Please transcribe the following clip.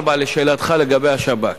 4. לשאלתך לגבי השב"כ,